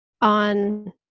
on